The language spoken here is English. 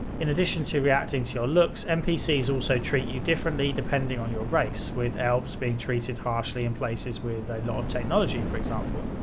in addition to reacting to your looks, npcs also treat you differently depending on your race, with elves being treated harshly in places with a lot of technology for example.